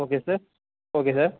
okay sir okay sir